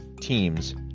teams